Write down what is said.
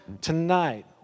tonight